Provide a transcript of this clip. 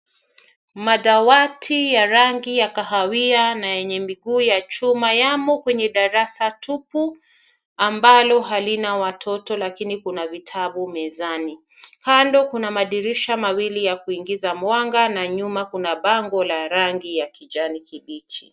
Madawati ya rangi ya kahawia na yenye miguu ya chuma yamo kwenye darasa tupu ambalo halina watoto lakini kuna vitabu mezani. Kando kuna madirisha mawili ya kuingiza mwanga na nyuma kuna bango la rangi ya kijani kibichi.